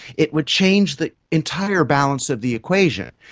it would change the entire balance of the equation.